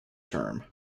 term